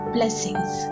Blessings